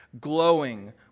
glowing